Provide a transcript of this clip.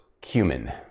cumin